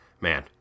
Man